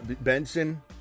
Benson